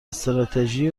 استراتژی